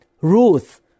Ruth